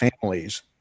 families